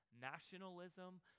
nationalism